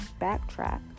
backtrack